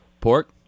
Pork